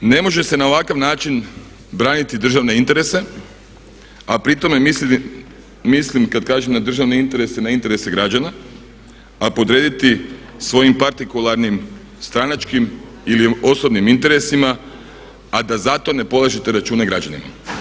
Ne može se na ovakav način braniti državne interese a pri tome mislim kad kažem na državne interese na interese građana a podrediti svojim partikularnim stranačkim ili osobnim interesima, a da za to ne polažete račune građanima.